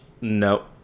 No